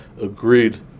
agreed